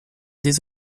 des